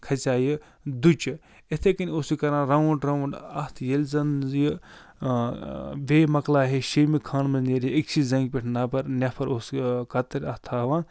کھژے یہِ دُچہِ یِتھَے کٔنی اوس یہِ کَران راوُنٛڈ راوُنٛڈ اَتھ ییٚلہِ زَن یہِ بیٚیہِ مکلاے ہے شیمہِ خانہٕ منٛز نیرِہے أکۍسٕے زنٛگہِ پٮ۪ٹھ نَبَر نٮ۪فر اوس یہِ کتٕرۍ اَتھ تھاوان